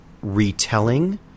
retelling